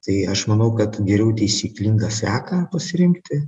tai aš manau kad geriau taisyklingą seką pasirinkti